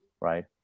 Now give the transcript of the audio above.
right